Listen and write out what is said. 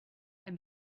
and